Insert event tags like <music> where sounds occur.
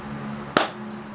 <noise>